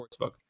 Sportsbook